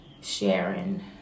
Sharon